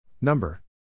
Number